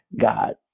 God